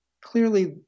clearly